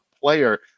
player